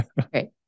Okay